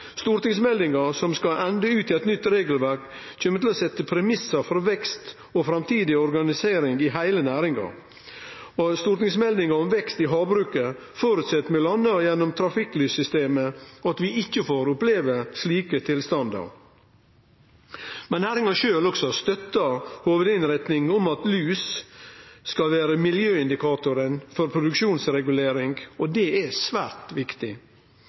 Stortingsmeldinga som skal ende ut i eit nytt regelverk, kjem til å setje premissane for vekst og framtidig organisering i heile næringa, og stortingsmeldinga om vekst i havbruket føreset – m.a. gjennom trafikklyssystemet – at vi ikkje får oppleve slike tilstandar. Næringa sjølv støttar også hovudinnretninga, at lus skal vere miljøindikatoren for produksjonsregulering, og det er svært viktig.